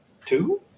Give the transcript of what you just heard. Two